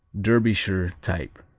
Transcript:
derbyshire type.